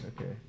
Okay